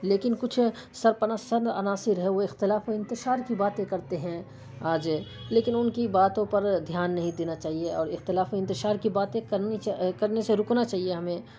لیکن کچھ سر پنا سند عناصر ہے وہ اختلاف و انتشار کی باتیں کرتے ہیں آج لیکن ان کی باتوں پر دھیان نہیں دینا چاہیے اور اختلاف و انتشار کی باتیں کرنی چا کرنی سے رکنا چاہیے ہمیں